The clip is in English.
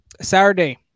saturday